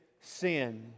sin